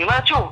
אני אומרת שוב,